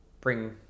bring